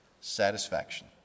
satisfaction